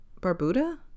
Barbuda